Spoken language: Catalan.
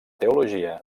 teologia